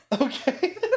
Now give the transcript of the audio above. Okay